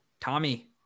tommy